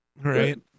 Right